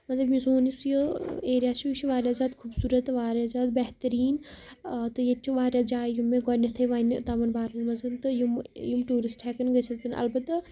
مطلب یہِ سون یُس یہِ ایریا چھُ یہ چھُ واریاہ زیادٕ خوٗبصوٗرت تہٕ واریاہ زیادٕ بہتریٖن تہٕ ییٚتہِ چھِ واریاہ جاے یِم مےٚ گۄڈٕنیتھٕے وَنہِ تِمن بارَن منٛز تہٕ یِم ٹوٗرِسٹ ہیٚکَن گژھِتھ تہٕ البتہٕ